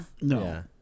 No